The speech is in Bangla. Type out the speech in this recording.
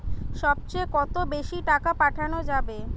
সব চেয়ে কত বেশি টাকা পাঠানো যাবে?